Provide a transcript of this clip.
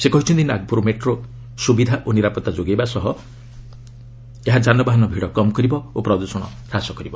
ସେ କହିଛନ୍ତି ନାଗପୁର ମେଟ୍ରୋ ସୁବିଧା ଓ ନିରାପତା ଯୋଗାଇବା ସହ ଏହା ଯାନବାହନ ଭିଡ କମ୍ କରିବ ଓ ପ୍ରଦୃଷଣ ହ୍ରାସ କରିବ